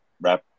wrap